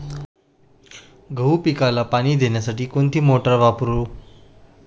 गहू पिकाला पाणी देण्यासाठी कोणती मोटार वापरू?